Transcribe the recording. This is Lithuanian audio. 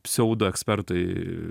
pseudo ekspertai